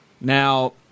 Now